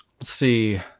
see